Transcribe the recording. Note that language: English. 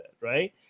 right